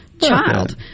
child